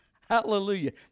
hallelujah